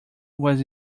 was